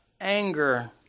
anger